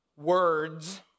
Words